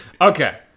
okay